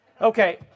Okay